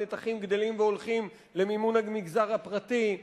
נתחים גדלים והולכים למימון המגזר הפרטי,